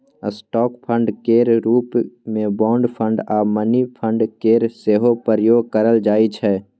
stock fund केर रूप मे बॉन्ड फंड आ मनी फंड केर सेहो प्रयोग करल जाइ छै